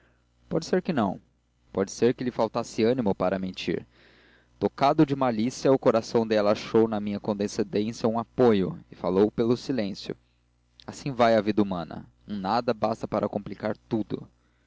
pode ser que não pode ser que lhe faltasse animo para mentir tocado de malícia o coração dela achou na minha condescendência um apoio e falou pelo silêncio assim vai a vida humana um nada basta para complicar tudo